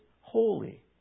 holy